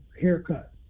haircut